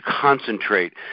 concentrate